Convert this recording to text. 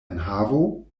enhavo